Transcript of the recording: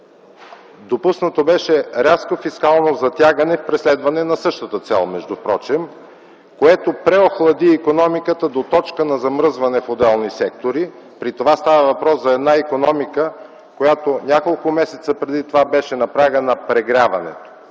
допуснато беше рязко фискално затягане в преследване на същата цел, което междупрочем преохлади икономиката до точка на замръзване в отделни сектори. При това става въпрос за една икономика, която няколко месеца преди това беше на прага на прегряването.